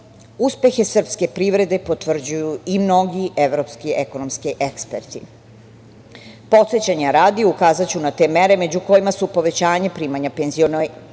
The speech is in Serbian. uspehe srpske privrede potvrđuju i mnogi evropski ekonomski eksperti. Podsećanja radi, ukazaću na te mere, među kojima su povećanje primanja penzionera